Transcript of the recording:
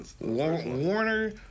Warner